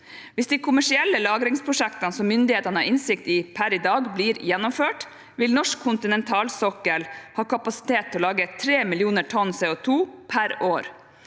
Hvis de kommersielle lagringsprosjektene som myndighetene har innsikt i per i dag, blir gjennomført, vil norsk kontinentalsokkel ha kapasitet til å lagre 3 millioner tonn CO2 per år